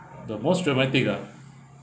the most traumatic ah